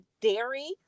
dairy